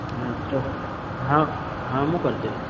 ଆଚ୍ଛା ହୋଉ ହଉ ହଁ ମୁଁ କରିଦେବି